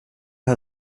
her